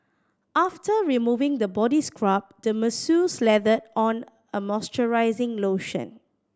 after removing the body scrub the masseur slathered on a moisturizing lotion